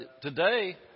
today